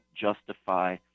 justify